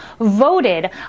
voted